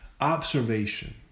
observation